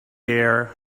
air